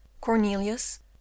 cornelius